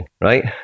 Right